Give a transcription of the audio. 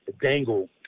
dangle